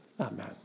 Amen